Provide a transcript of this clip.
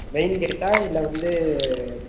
main கேட்டா இல்லை வந்து